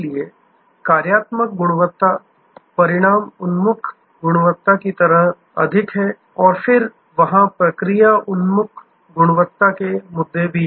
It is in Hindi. इसलिए कार्यात्मक गुणवत्ता परिणाम उन्मुख गुणवत्ता की तरह अधिक हैं और फिर वहाँ प्रक्रिया उन्मुख गुणवत्ता के मुद्दे भी हैं